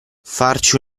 farci